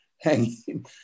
hanging